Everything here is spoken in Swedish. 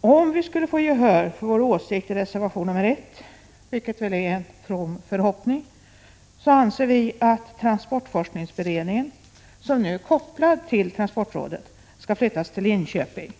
Om vi skulle få gehör för vår åsikt i reservation 1, vilket väl är en from förhoppning, anser vi att transportforskningsberedningen, som nu är kopplad till transportrådet, skall flyttas till Linköping.